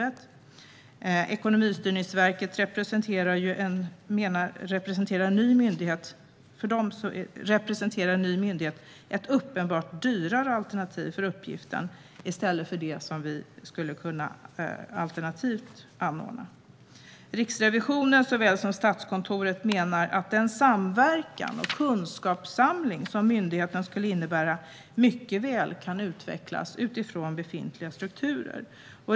För Ekonomistyrningsverket representerar en ny myndighet ett uppenbart dyrare alternativ för uppgiften än det alternativ som vi skulle kunna anordna. Riksrevisionen såväl som Statskontoret menar att den samverkan och kunskapssamling som myndigheten skulle innebära mycket väl kan utvecklas utifrån befintliga strukturer.